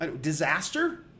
disaster